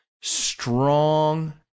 strong